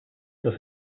was